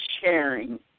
sharing